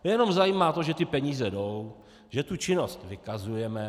Je jenom zajímá to, že ty peníze jdou, že tu činnost vykazujeme.